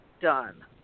done